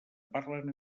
parlen